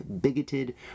bigoted